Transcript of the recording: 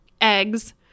eggs